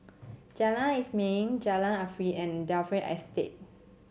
Jalan Ismail Jalan Arif and Dalvey Estate